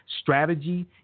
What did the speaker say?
strategy